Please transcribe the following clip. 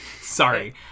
Sorry